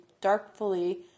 darkly